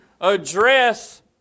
address